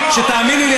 שתאמיני לי,